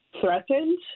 threatened